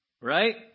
Right